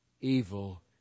evil